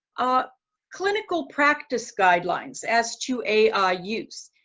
ah clinical practice guidelines as to ai use.